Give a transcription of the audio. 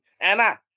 Anna